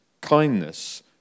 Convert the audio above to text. kindness